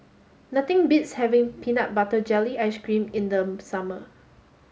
nothing beats having peanut butter jelly ice cream in the summer